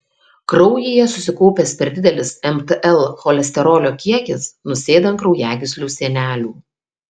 kraujyje susikaupęs per didelis mtl cholesterolio kiekis nusėda ant kraujagyslių sienelių